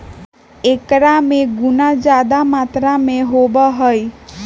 एकरा में गुना जादा मात्रा में होबा हई